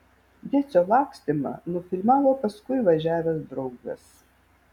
decio lakstymą nufilmavo paskui važiavęs draugas